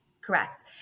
Correct